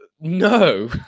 no